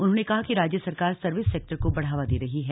उन्होंने कहा कि राज्य सरकार सर्विस सेक्टर को बढ़ावा दे रही है